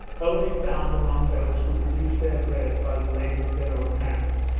only found among those who produce their bread by the labour of their own hands.